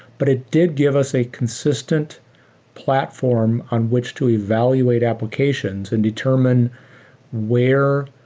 but it did give us a consistent platform on which to evaluate applications and determine where,